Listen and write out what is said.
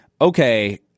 okay